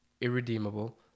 irredeemable